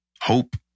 Hope